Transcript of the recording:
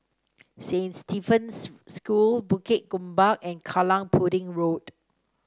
Saint Stephen's School Bukit Gombak and Kallang Pudding Road